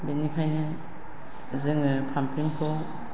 बिनिखायनो जोङो पाम्पिंखौ